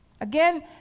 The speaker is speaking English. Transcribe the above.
Again